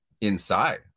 inside